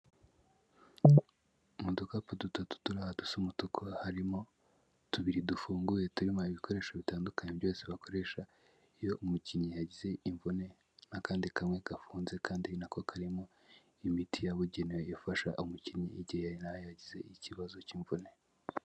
Mu dukapu dutatu turi aha dusa umutuku harimo tubiri dufunguye turimo ibikoresho bitandukanye byose bakoresha iyo umukinnyi yagize imvune, n'akandi kamwe gafunze kandi na ko karimo imiti yabugenewe ifasha umukinnyi igihe yaraye agize ikibazo cy'imvune.